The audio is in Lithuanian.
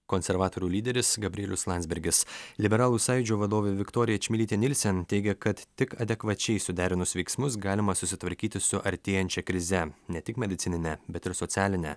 konservatorių lyderis gabrielius landsbergis liberalų sąjūdžio vadovė viktorija čmilytė nilsen teigia kad tik adekvačiai suderinus veiksmus galima susitvarkyti su artėjančia krize ne tik medicinine bet ir socialine